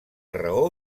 raó